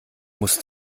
muss